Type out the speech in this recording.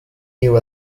new